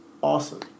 awesome